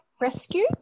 Rescue